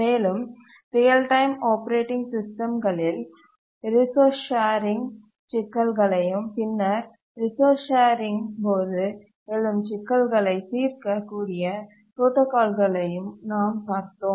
மேலும் real time operating சிஸ்டம்களில் resource sharing சிக்கல்களையும் பின்னர் ரிசோர்ஸ் ஷேரிங் போது எழும் சிக்கல்களைத் தீர்க்க கூடிய புரோடாகால்களையும் நாம் பார்த்தோம்